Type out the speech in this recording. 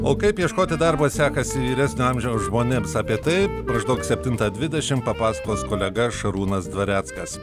o kaip ieškoti darbo sekasi vyresnio amžiaus žmonėms apie tai maždaug septintą dvidešim papasakos kolega šarūnas dvareckas